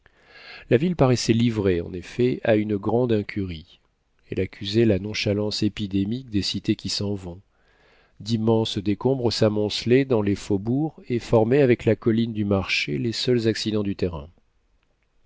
la ville paraissait livrée en effet à une grande incurie elle accusait la nonchalance épidémique des cités qui s'en vont d'immenses décombres s'amoncelaient dans les faubourgs et formaient avec la colline du marché les seuls accidents du terrain